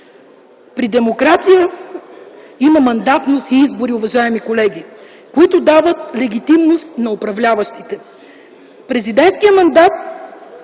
При демокрация има мандатност и избори, уважаеми колеги, които дават легитимност на управляващите. Президентският мандат